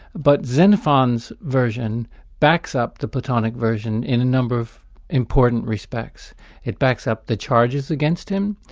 but xenophon's version backs up the platonic version in a number of important respects it backs up the charges against him,